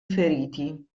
feriti